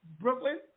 Brooklyn